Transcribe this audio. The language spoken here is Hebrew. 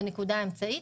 בנקודה האמצעית,